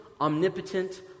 omnipotent